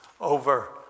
over